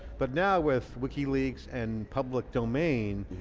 but now with wikileaks and public domain,